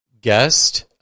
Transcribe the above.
guest